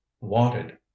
wanted